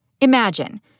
Imagine